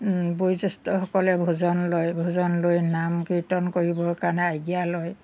বয়োজ্যেষ্ঠসকলে ভজন লয় ভজন লৈ নাম কীৰ্তন কৰিবৰ কাৰণে আজ্ঞা লয়